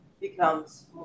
becomes